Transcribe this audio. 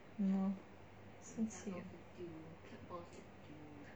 ya lo 生气